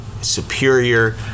superior—